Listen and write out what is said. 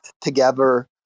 together